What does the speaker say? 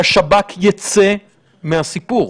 השב"כ יצא מהסיפור.